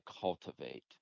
cultivate